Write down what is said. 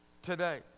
today